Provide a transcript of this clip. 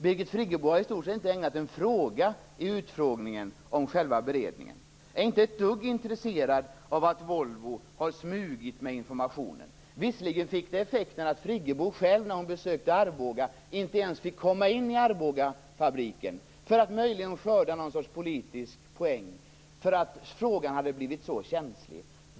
Birgit Friggebo har i stort sett inte ägnat en fråga i utfrågningen åt själva beredningen. Hon är inte ett dugg intresserad av att Volvo har smugit med information. Visserligen fick det effekten att Friggebo själv när hon besökte Arboga inte ens fick komma in i Arbogafabriken, för att möjligen skörda någon sorts politisk poäng, eftersom frågan hade blivit så politiskt känslig.